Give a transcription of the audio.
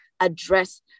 address